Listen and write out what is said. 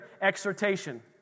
exhortation